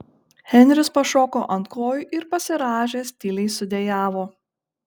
henris pašoko ant kojų ir pasirąžęs tyliai sudejavo